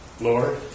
Lord